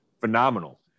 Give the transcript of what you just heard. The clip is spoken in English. phenomenal